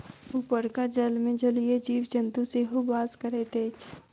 उपरका जलमे जलीय जीव जन्तु सेहो बास करैत अछि